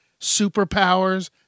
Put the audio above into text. Superpowers